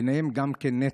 וביניהם גם נטע.